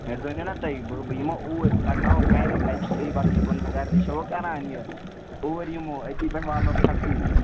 مےٚ زٲنِو نا تُہۍ بہٕ بہٕ یِمو اوٗرۍ بہٕ کَڈناوَہو گَرِ کَتہِ چھُ تُہۍ بَسان یہِ گُنٛڈ گَردی چھِوٕ کَران یہِ اوٗرۍ یِمہو أتی تُہۍ والہو کھَکھٕری